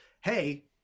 hey